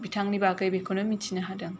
बिथांनि बागै बेखौनो मिन्थिनो हादों